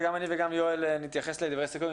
גם אני וגם יואל נתייחס לדברי סיכום.